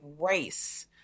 race